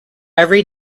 every